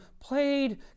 played